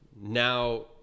now